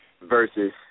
versus